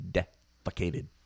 Defecated